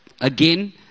again